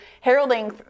heralding